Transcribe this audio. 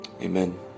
Amen